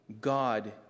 God